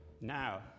now